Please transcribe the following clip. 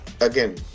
again